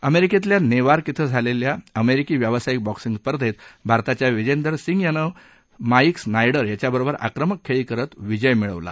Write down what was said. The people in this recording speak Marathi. अमेरिकेतल्या नेवार्क इथं झालेल्या अमेरिकी व्यावसायिक बॉक्सिंग स्पर्धेत भारताच्या विजेंदर सिंग यानं माईक स्नायडर याच्याबरोबर आक्रमक खेळी करत विजय मिळवला